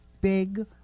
big